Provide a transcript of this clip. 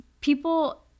people